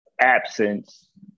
absence